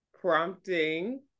prompting